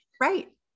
Right